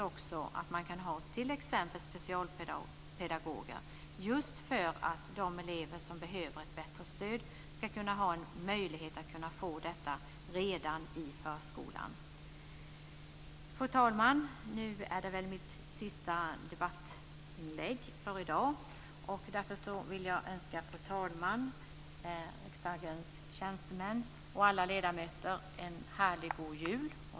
Vidare kan man ha t.ex. specialpedagoger, just därför att de elever som behöver ett bättre stöd ska ha en möjlighet att få detta redan i förskolan. Fru talman! Det här är väl mitt sista debattinlägg för i dag. Därför vill jag önska fru talmannen, riksdagens tjänstemän och alla ledamöter en härlig god jul.